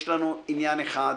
יש לנו עניין אחד,